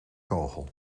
kogel